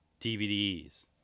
DVDs